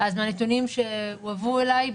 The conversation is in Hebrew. אז מהנתונים שהועברו אליי,